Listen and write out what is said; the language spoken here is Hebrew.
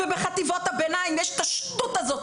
ובחטיבות הביניים יש את השטות הזו,